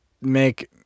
make